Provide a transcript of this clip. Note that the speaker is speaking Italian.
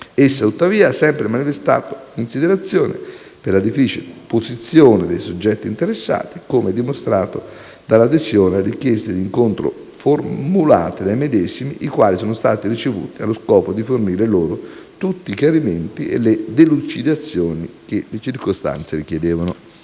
Essa, tuttavia, ha sempre manifestato considerazione per la difficile posizione dei soggetti interessati, come è dimostrato dall'adesione alle richieste di incontro formulate dai medesimi, i quali sono stati ricevuti allo scopo di fornire loro tutti i chiarimenti e le delucidazioni che le circostanze richiedevano.